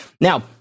Now